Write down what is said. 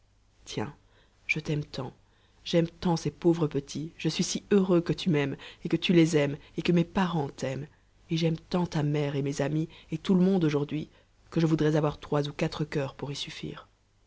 tiens je t'aime tant j'aime tant ces pauvres petits je suis si heureux que tu m'aimes et que tu les aimes et que mes parents t'aiment et j'aime tant ta mère et mes amis et tout le monde aujourd'hui que je voudrais avoir trois ou quatre curs pour y suffire